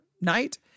night